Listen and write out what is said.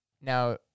Now